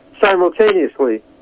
simultaneously